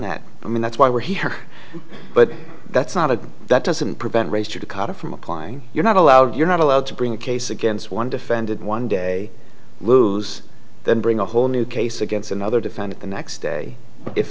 that i mean that's why we're here but that's not a that doesn't prevent raised you caught it from applying you're not allowed you're not allowed to bring a case against one defendant one day lose then bring a whole new case against another defendant the next day if